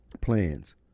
plans